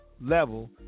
level